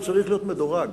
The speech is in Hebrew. הוא צריך להיות מדורג.